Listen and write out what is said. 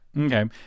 Okay